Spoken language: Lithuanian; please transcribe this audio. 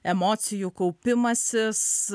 emocijų kaupimasis